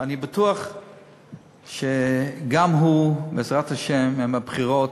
ואני בטוח שגם הוא, בעזרת השם, עם הבחירות,